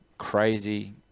crazy